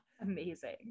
amazing